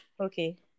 Okay